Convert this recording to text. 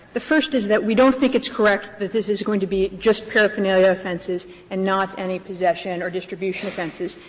the first is that we don't think it's correct that this is going to be just paraphernalia offenses and not any possession or distribution offenses.